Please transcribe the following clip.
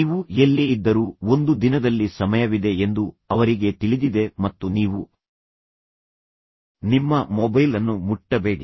ನೀವು ಎಲ್ಲೇ ಇದ್ದರೂ ಒಂದು ದಿನದಲ್ಲಿ ಸಮಯವಿದೆ ಎಂದು ಅವರಿಗೆ ತಿಳಿದಿದೆ ಮತ್ತು ನೀವು ನಿಮ್ಮ ಮೊಬೈಲ್ ಅನ್ನು ಮುಟ್ಟಬೇಡಿ